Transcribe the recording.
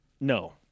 no